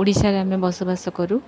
ଓଡ଼ିଶାରେ ଆମେ ବସବାସ କରୁ